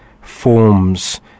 forms